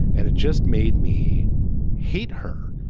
and it just made me hate her